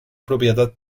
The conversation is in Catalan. propietat